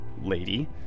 lady